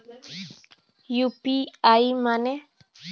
UPI माने?